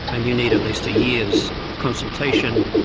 and you need at least a year's consultation.